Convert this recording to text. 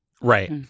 Right